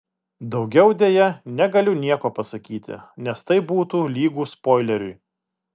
daugiau deja negaliu nieko pasakyti nes tai būtų lygu spoileriui